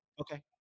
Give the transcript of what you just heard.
okay